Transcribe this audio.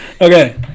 Okay